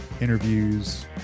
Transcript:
interviews